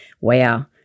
wow